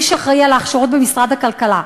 מי שאחראי להכשרות במשרד הכלכלה,